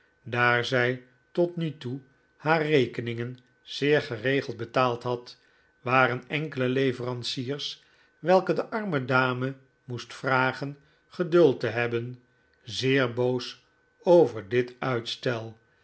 daar zij tot nu toe haar rekeningen zeer geregeld betaald had waren enkele leveranciers welke de arme dame moest vragen geduld te hebben zeer boos over dit uitstel